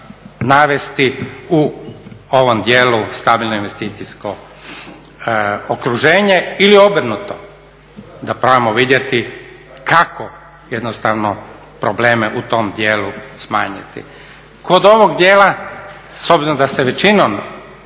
navesti u ovom dijelu, stabilno investicijsko okruženje ili obrnuto, da probamo vidjeti kako jednostavno probleme u tom dijelu smanjiti. Kod ovog dijela, s obzirom da se većinom